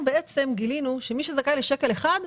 גילינו שמי שזכאי לשקל אחד,